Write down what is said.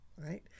right